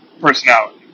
personality